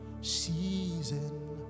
season